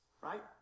right